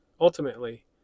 Ultimately